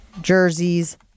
Jerseys